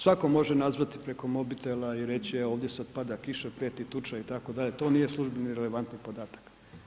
Svatko može nazvati preko mobitela i reći e ovdje sada pada kiša, prijeti tuča itd., to nije službeni relevantni podatak.